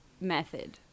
method